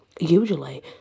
Usually